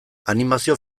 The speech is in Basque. animazio